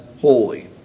holy